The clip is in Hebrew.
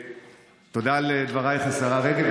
תודה על דברייך, השרה רגב.